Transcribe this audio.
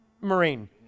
marine